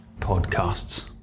podcasts